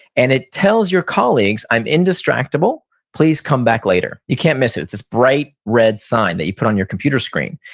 and it tells your colleagues, i'm indistractable. please come back later. you can't miss it, it's this bright red sign that you put on your computer screen.